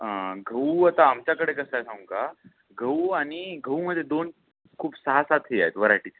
गहू आता आमच्याकडे कसं आहे सांगू का गहू आणि गहूमध्ये दोन खूप सहा सात हे आहेत वरायटी